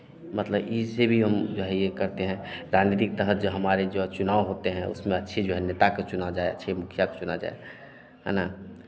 मतलब इससे भी हम जो है ये करते हैं राजनीतिक तहत जो हमारे जो चुनाव होते हैं उसमें अच्छी जो है नेता को चुना जाए अच्छे मुखिया को चुना जाए है न